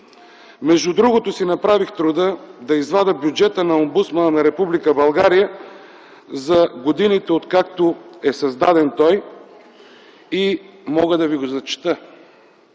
Между другото си направих труда да извадя бюджета на Омбудсмана на Република България за годините откакто е създаден той и мога да Ви го прочета.